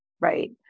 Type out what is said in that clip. Right